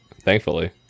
thankfully